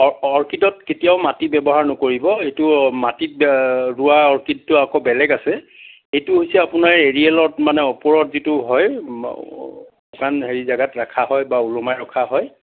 অ অৰ্কিডত কেতিয়াও মাটি ব্যৱহাৰ নকৰিব এইটো মাটিত ৰোৱা অৰ্কিডটো আকৌ বেলেগ আছে এইটো হৈছে আপোনাৰ এৰিয়েলত মানে ওপৰত যিটো হয় শুকান হেৰি জেগাত ৰখা হয় বা ওলোমাই ৰখা হয়